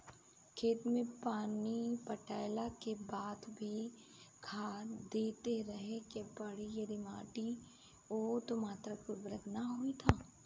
खेत मे पानी पटैला के बाद भी खाद देते रहे के पड़ी यदि माटी ओ मात्रा मे उर्वरक ना होई तब?